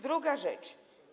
Druga rzecz.